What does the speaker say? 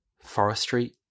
forestry